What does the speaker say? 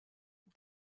mit